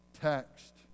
text